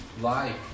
life